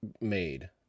made